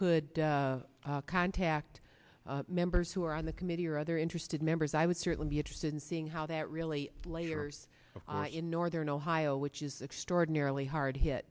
could contact members who are on the committee or other interested members i would certainly be interested in seeing how that really later in northern ohio which is extraordinarily hard hit